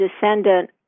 descendant